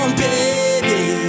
baby